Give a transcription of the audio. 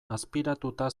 azpiratuta